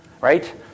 right